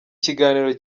kiganiro